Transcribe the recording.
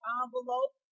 envelope